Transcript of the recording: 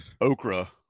okra